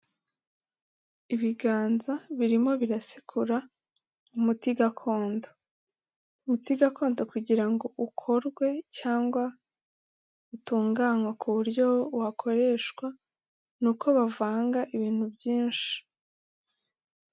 Ibiganza birimo birasekura umuti gakondo. Umuti gakondo kugira ngo ukorwe cyangwa utunganywe ku buryo wakoreshwa, ni uko bavanga ibintu byinshi.